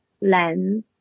lens